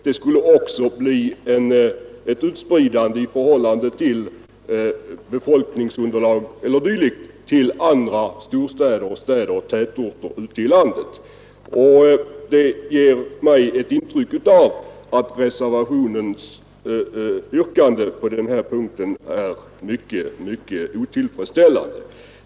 Det skulle också bli ett utspridande i förhållande till befolkningsunderlag eller dylikt till andra städer och tätorter. Det ger mig ett intryck av att reservationsyrkandet på denna punkt är i högsta grad otillfredsställande.